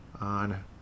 on